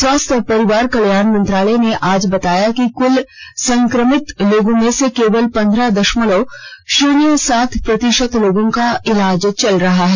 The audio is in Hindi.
स्वास्थ्य और परिवार कल्याण मंत्रालय ने आज बताया कि क्ल संक्रमित लोगों में से केवल पंद्रह दर्शमलव शुन्य सात प्रतिशत लोगों का इलाज चल रहा है